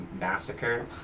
massacre